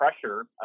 pressure